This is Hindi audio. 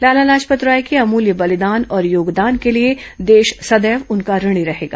लाला लाजपत राय के अमूल्य बलिदान और योगदान के लिए देश सदैव उनका ऋणी रहेगा